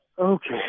Okay